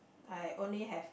I only have